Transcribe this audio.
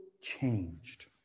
changed